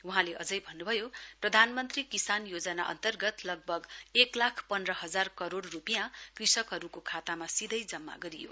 वहाँले अझै भन्नुभयो प्रधानमन्त्री किसान योजना अन्तर्गत लगभग एक लाख पन्ध्र हजार करोड़ रूपियाँ कृषकहरूको खातामा सीधै जम्मा गरियो